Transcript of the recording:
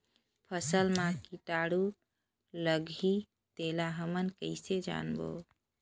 फसल मा कीटाणु लगही तेला हमन कइसे जानबो?